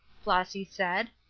flossy said.